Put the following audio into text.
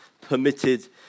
permitted